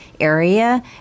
area